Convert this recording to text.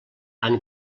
han